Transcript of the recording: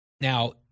Now